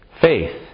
Faith